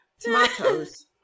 Tomatoes